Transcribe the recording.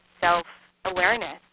self-awareness